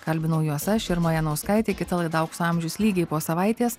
kalbinau juos aš irma janauskaitė kita laida aukso amžius lygiai po savaitės